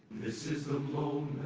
this is the moment.